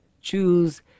choose